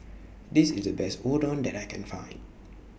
This IS The Best Udon that I Can Find